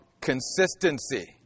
consistency